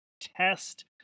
Test